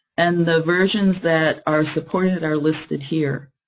and the versions that are supported are listed here.